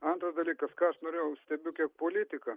antras dalykas ką aš norėjau stebiu kiek politiką